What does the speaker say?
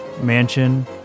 mansion